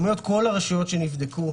כל הרשויות שנבדקו,